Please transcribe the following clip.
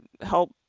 help